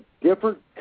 different